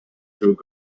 through